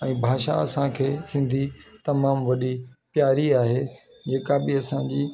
ऐं भाषा असांखे सिंधी तमामु वॾी प्यारी आहे जेका बि असांजी